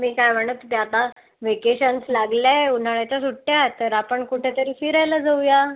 मी काय म्हणत होते आता वेकेशन्स् लागल्या आहेत उन्हाळ्याच्या सुट्ट्या तर आपण कुठेतरी फिरायला जाऊया